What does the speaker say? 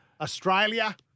Australia